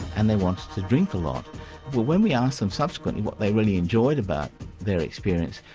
and they wanted to drink a lot. well when we asked them subsequently what they really enjoyed about their experience,